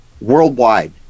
worldwide